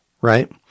right